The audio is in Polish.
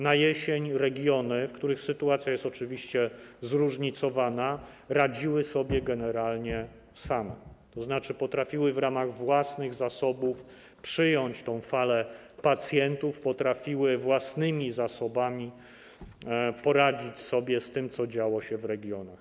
Na jesieni regiony, w których sytuacja jest oczywiście zróżnicowana, radziły sobie generalnie same, tzn. potrafiły w ramach własnych zasobów przyjąć tę falę pacjentów, potrafiły własnymi zasobami poradzić sobie z tym, co działo się w regionach.